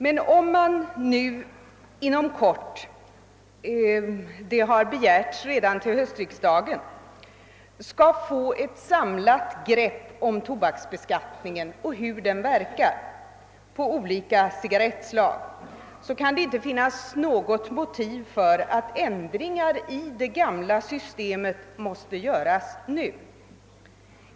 Men om man inom kort — det har begärts redan till höstriksdagen — skall få ett samlat grepp om tobaksbeskattningen och hur den verkar på olika cigarrettslag, kan det inte finnas något motiv för att nu göra ändringar i det gamla systemet.